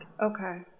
Okay